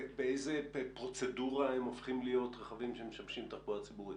באיזו פרוצדורה הם הופכים להיות רכבים שמשמשים תחבורה ציבורית?